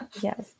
Yes